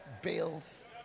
bills